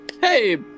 Hey